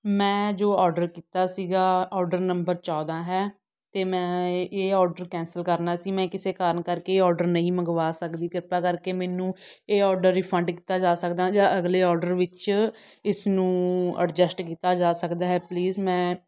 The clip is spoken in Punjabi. ਮੈਂ ਜੋ ਔਡਰ ਕੀਤਾ ਸੀਗਾ ਔਡਰ ਨੰਬਰ ਚੌਦਾਂ ਹੈ ਅਤੇ ਮੈਂ ਇਹ ਔਡਰ ਕੈਂਸਲ ਕਰਨਾ ਸੀ ਮੈਂ ਕਿਸੇ ਕਾਰਨ ਕਰਕੇ ਇਹ ਔਡਰ ਨਹੀਂ ਮੰਗਵਾ ਸਕਦੀ ਕਿਰਪਾ ਕਰਕੇ ਮੈਨੂੰ ਇਹ ਔਡਰ ਰਿਫੰਡ ਕੀਤਾ ਜਾ ਸਕਦਾ ਜਾਂ ਅਗਲੇ ਔਡਰ ਵਿੱਚ ਇਸ ਨੂੰ ਐਡਜਸਟ ਕੀਤਾ ਜਾ ਸਕਦਾ ਹੈ ਪਲੀਜ਼ ਮੈਂ